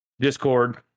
Discord